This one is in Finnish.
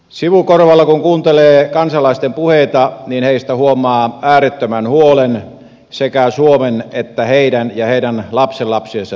sivukorvalla kun kuuntelee kansalaisten puheita niin heistä huomaa äärettömän huolen sekä suomen että heidän ja heidän lapsenlapsiensa tulevaisuudesta